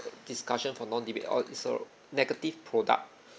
discussion for non debate orh it's orh negative product